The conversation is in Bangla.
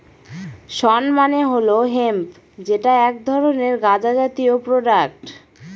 শণ মানে হল হেম্প যেটা এক ধরনের গাঁজা জাতীয় প্রোডাক্ট